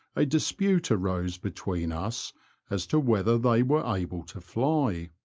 a dispute arose between us as to whether they were able to fly.